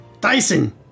Dyson